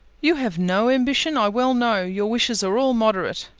you have no ambition, i well know. your wishes are all moderate.